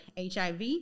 HIV